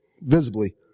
visibly